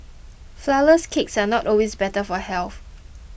Flourless Cakes are not always better for health